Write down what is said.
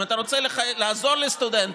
אם אתה רוצה לעזור לסטודנטים,